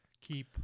keep